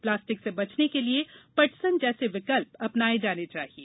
plastic से बचने के लिए पटसन जैसे विकल्प अपनाए जाने चाहिए